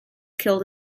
killed